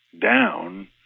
down